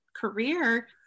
career